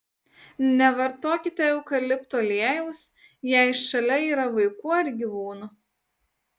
nevartokite eukalipto aliejaus jei šalia yra vaikų ar gyvūnų